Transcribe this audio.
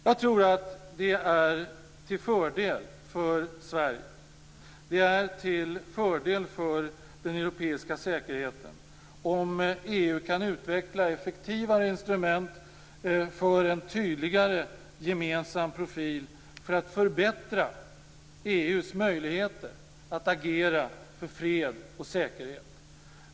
Jag tror att det är till fördel för Sverige och till fördel för den europeiska säkerheten om EU kan utveckla effektivare instrument för en tydlig gemensam profil för att förbättra EU:s möjligheter att agera för fred och säkerhet.